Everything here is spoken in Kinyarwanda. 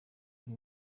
ari